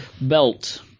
belt